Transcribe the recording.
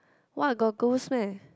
what got ghost meh